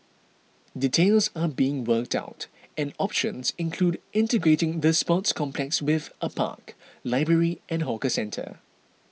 details are being worked out and options include integrating the sports complex with a park library and hawker centre